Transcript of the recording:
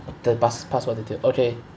the pass~ passport detail okay